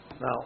Now